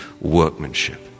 workmanship